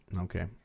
Okay